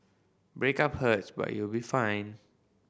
breakup hurts but you'll be fine